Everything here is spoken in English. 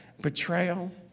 betrayal